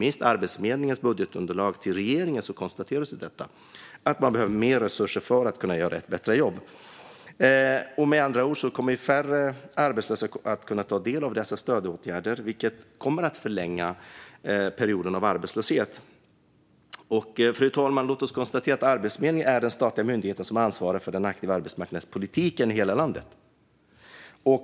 I Arbetsförmedlingens budgetunderlag till regeringen konstateras att man behöver mer resurser för att kunna göra ett bättre jobb. Färre kommer att kunna ta del av stödåtgärder, vilket kommer att förlänga perioden av arbetslöshet. Fru talman! Låt oss konstatera att Arbetsförmedlingen är den statliga myndighet som ansvarar för den aktiva arbetsmarknadspolitiken i hela landet.